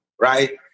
Right